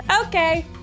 okay